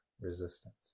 resistance